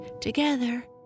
together